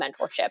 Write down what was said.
mentorship